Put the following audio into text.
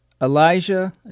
Elijah